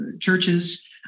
churches